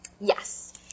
Yes